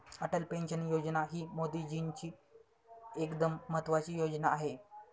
Atal pension योजना ही मोदीजींची एकदम महत्त्वाची योजना आहे